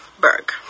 Berg